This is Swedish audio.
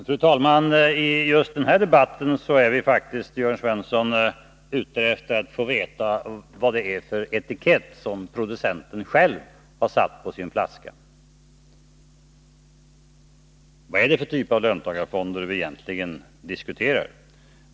Fru talman! I just den här debatten är vi faktiskt, Jörn Svensson, ute efter att få veta vad det är för etikett som producenten själv har satt på sin ”flaska”. Vad är det egentligen för typ av löntagarfonder vi diskuterar?